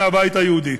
מהבית היהודי.